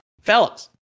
Fellas